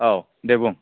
औ दे बुं